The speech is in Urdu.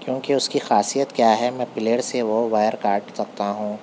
کیونکہ اس کی خاصیت کیا ہے میں پلیئر سے وہ وائر کاٹ سکتا ہوں